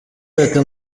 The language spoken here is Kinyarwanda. ati